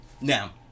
Now